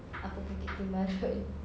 upper bukit timah road